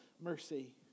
mercy